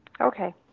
Okay